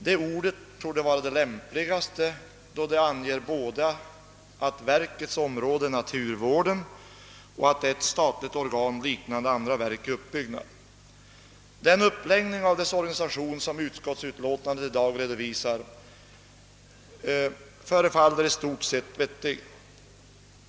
Detta ord torde vara det lämpligaste då det anger både att verket skall syssla med naturvård och att det är ett statligt organ vad uppbyggnaden beträffar. Den uppläggning av dess organisation som utskottsutlåtandet i dag redovisar förefaller i stort sett vettig.